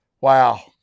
wow